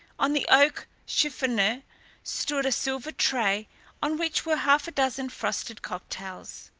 on the oak chiffonier stood a silver tray on which were half a dozen frosted cocktails.